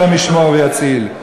השם ישמור ויציל,